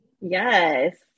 Yes